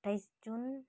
अठ्ठाइस जुन